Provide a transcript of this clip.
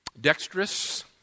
dexterous